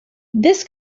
this